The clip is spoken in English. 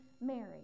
Mary